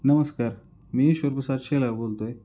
नमस्कार मी शिवप्रसाद शेलार बोलतो आहे